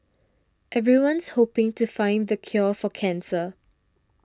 everyone's hoping to find the cure for cancer